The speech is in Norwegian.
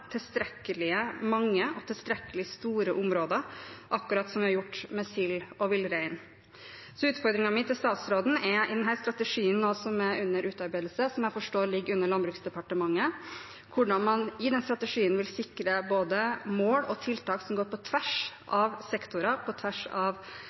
mange og tilstrekkelig store områder, akkurat som vi har gjort med sild og villrein. Så utfordringen min til statsråden er: I denne strategien som nå er under utarbeidelse, og som jeg forstår ligger under Landbruks- og matdepartementet, hvordan vil man sikre både mål og tiltak som går på tvers